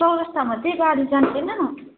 चौरास्तामा चाहिँ गाडी जाँदैन